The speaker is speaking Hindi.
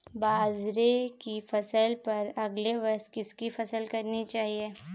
बाजरे की फसल पर अगले वर्ष किसकी फसल करनी चाहिए?